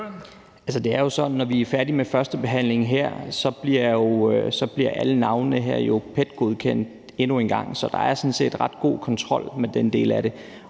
når vi er færdige med førstebehandlingen her, bliver alle navnene her PET-godkendt endnu en gang. Så der er sådan set ret god kontrol med den del af det.